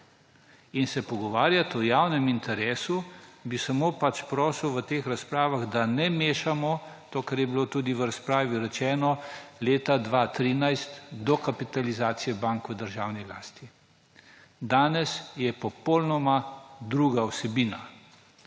In se pogovarjati o javnem interesu, bi samo prosil v teh razpravah, da ne mešamo – to, kar je bilo tudi v razpravi rečeno ‒, leta 2013 dokapitalizacije banke v državni lasti. Danes je popolnoma druga vsebina